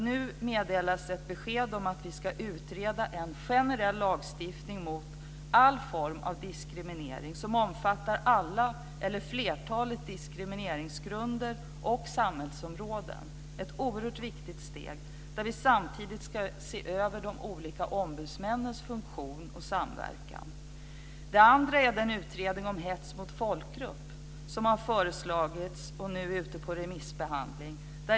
Nu meddelas ett besked om att vi ska utreda en generell lagstiftning mot all form av diskriminering som omfattar flertalet diskrimineringsgrunder och samhällsområden. Detta är ett oerhört viktigt steg. Vi ska samtidigt se över de olika ombudsmännens funktion och samverkan. Det andra är den utredning om hets mot folkgrupp som har föreslagits och som nu är ute på remissbehandling.